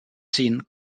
seen